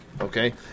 Okay